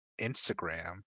Instagram